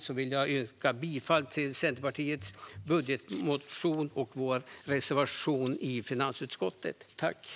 Jag vill yrka bifall till Centerpartiets budgetmotion och vår reservation i finansutskottets betänkande.